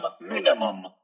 minimum